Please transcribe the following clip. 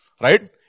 right